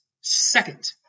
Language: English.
second